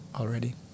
already